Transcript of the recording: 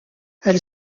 elle